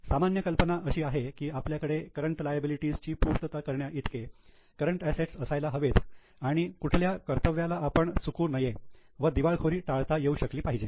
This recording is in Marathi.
सामान्य कल्पना अशी आहे की आपल्याकडे करंट लायबिलिटी ची पूर्तता करण्याइतके करंट असेट्स असायला हवेत आणि कुठल्या कर्तव्याला आपण चूक नये व दिवाळखोरी टाळता येऊ शकली पाहिजे